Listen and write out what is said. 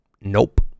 Nope